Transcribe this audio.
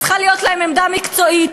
וצריכה להיות להם עמדה מקצועית.